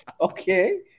Okay